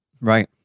Right